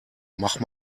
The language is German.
mach